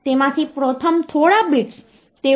તેથી તેમાં કેટલાક રીમાઇન્ડર બાકી રહેશે